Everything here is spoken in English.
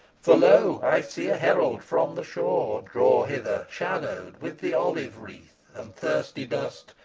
for lo! i see a herald from the shore draw hither, shadowed with the olive-wreath and thirsty dust,